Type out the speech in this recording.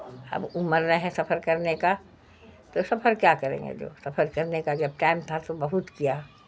اب عمر رہے سفر کرنے کا تو سفر کیا کریں گے جو سفر کرنے کا جب ٹائم تھا تو بہت کیا